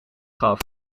gaf